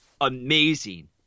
amazing